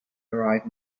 arrive